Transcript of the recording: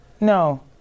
No